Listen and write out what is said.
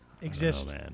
exist